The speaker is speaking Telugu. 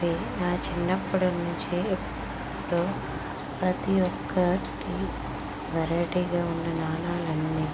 నా చిన్నప్పటినుంచి ఎప్పుడూ ప్రతీ ఒక్కటి వేరైటీగా ఉండే నాణాలు అన్నీ